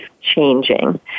changing